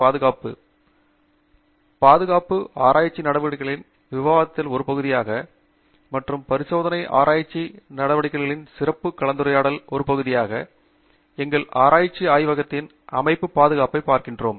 பாதுகாப்பு ஆராய்ச்சி நடவடிக்கைகளின் விவாதத்தின் ஒரு பகுதியாக மற்றும் பரிசோதனை ஆராய்ச்சி நடவடிக்கைகளில் சிறப்பான கலந்துரையாடலின் ஒரு பகுதியாக எங்கள் ஆராய்ச்சி ஆய்வக அமைப்பின் பாதுகாப்பைப் பார்க்கிரோம்